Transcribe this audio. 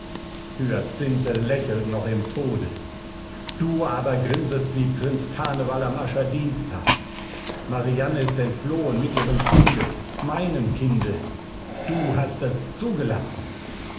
hyacinthe lächelt noch im tode du aber grinsest wie prinz karneval am ascherdienstag marianne ist entflohen mit ihrem kinde meinem kinde du hast es zugelassen